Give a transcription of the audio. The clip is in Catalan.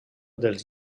dels